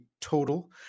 total